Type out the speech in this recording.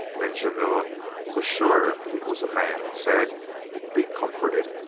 then jamila was sure it was a man, and said be comforted,